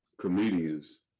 comedians